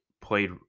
played